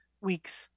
weeks